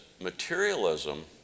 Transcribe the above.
materialism